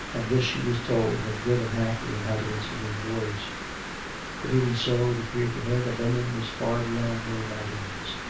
and this, she was told, had driven half the inhabitants within doors but even so, it appeared to her that london was far beyond her imaginings.